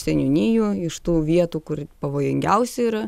seniūnijų iš tų vietų kur pavojingiausia yra